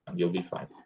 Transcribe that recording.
you'll be fine.